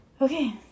Okay